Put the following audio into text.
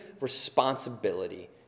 responsibility